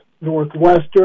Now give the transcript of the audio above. Northwestern